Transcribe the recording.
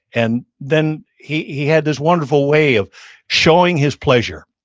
and then he he had this wonderful way of showing his pleasure.